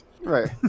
right